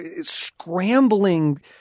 scrambling